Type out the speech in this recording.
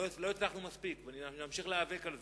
לא הצלחנו מספיק ואנחנו נמשיך להיאבק על זה.